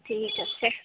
ঠিক আছে